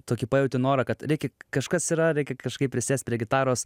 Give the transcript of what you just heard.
tokį pajauti norą kad reikia kažkas yra reikia kažkaip prisėst prie gitaros